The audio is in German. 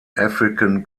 african